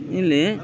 ಇಲ್ಲಿ